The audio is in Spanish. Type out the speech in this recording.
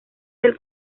del